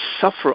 suffer